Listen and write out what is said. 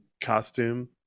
costume